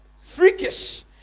freakish